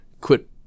quit